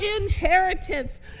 inheritance